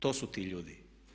To su ti ljudi.